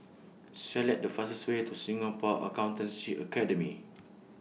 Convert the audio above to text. Select The fastest Way to Singapore Accountancy Academy